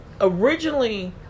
originally